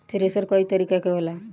thresher कई तरीका के होला